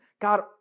God